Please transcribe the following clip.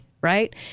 right